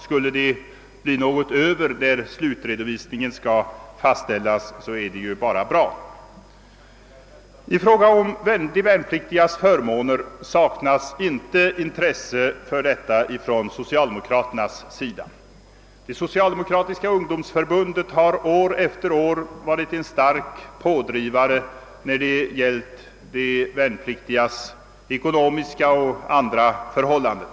Skulle det bli något över när slutredovisningen skall fastställas, så är det ju bara bra. Från socialdemokraternas sida saknas inte intresse för de värnpliktigas förmåner. Det socialdemokratiska ungdomsförbundet har år efter år varit en stark pådrivare när det gällt förbättringar av de värnpliktigas ekonomiska och andra förhållanden.